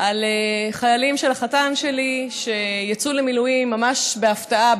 על חיילים של החתן שלי שיצאו למילואים ממש בהפתעה,